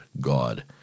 God